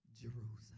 Jerusalem